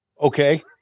Okay